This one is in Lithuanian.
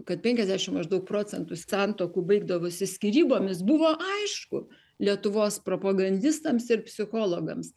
kad penkiasdešim maždaug procentų santuokų baigdavosi skyrybomis buvo aišku lietuvos propagandistams ir psichologams